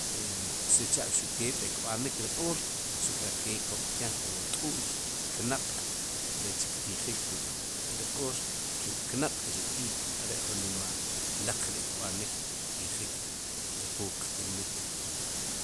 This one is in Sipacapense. E sicha'xuqke ataq kb'anik ri q'oor xuke kokken jun t'u'y ri knaq' rech ktijik ruk'ri q'oor ruk'knaq' i ruk'iik are'ju nima laq ri' kb'anik ktijik pwu qtinmit.